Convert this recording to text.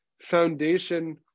foundation